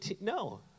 No